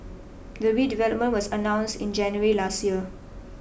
the redevelopment was announced in January last year